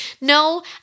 no